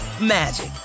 magic